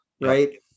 right